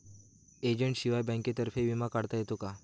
एजंटशिवाय बँकेतर्फे विमा काढता येतो का?